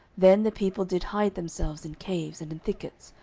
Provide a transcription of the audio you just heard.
then the people did hide themselves in caves, and in thickets,